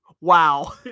Wow